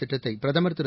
திட்டத்தை பிரதமர் திரு